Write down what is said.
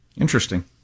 Interesting